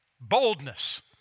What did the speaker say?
Boldness